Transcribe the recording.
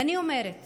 ואני אומרת